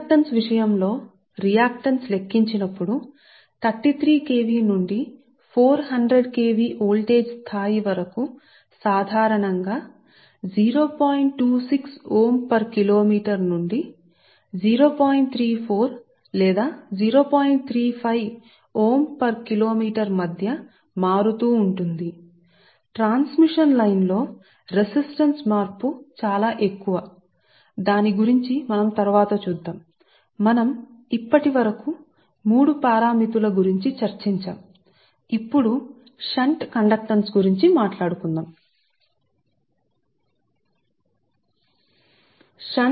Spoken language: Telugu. ఇండక్టెన్స్ విషయం లో ఎలా ఉంది మరియు అందువల్ల మేము లెక్కించడానికి ప్రయత్నించినప్పుడల్లా రియాక్టన్స్ నేను కొంత లెక్కించి రియాక్టెన్స్ భాగానికి కనుకౌన్నాను రియాక్టన్స్ భాగం ని చెప్పడానికి 33 KV వోల్టేజ్ స్థాయి V నుండి 400KV తోరియాక్టన్స్ చాలా ఎక్కువగా ఉన్న రెసిస్టన్స్ కోసం తరువాత చూడవచ్చును కాబట్టి ఈ షంట్ కండక్షన్ వాస్తవానికి మేము మూడు పారామితులను చెప్పాము రెసిస్టన్స్ ఇండక్టెన్స్ కెపాసిటెన్స్ మరియు షంట్ కండక్టెన్స్ కోసం